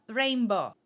rainbow